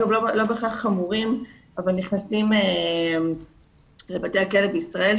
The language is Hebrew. בהכרח חמורים אבל נכנסים לבתי הכלא בישראל,